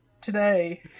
today